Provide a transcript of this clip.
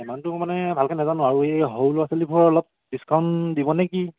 এমাউন্টটো মানে ভালকৈ নাজানো আৰু এই সৰু ল'ৰা ছোৱালীবোৰৰ অলপ ডিছকাউন্ট দিব নে কি